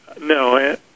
No